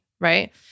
Right